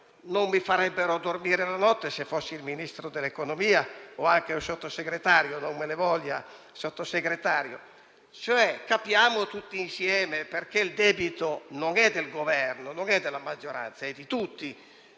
non mi farebbero dormire la notte se fossi il Ministro dell'economia o anche un Sottosegretario (non me ne voglia, signor Sottosegretario). Capiamo tutti insieme - perché il debito non è del Governo e della maggioranza, ma di tutti